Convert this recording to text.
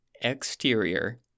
exterior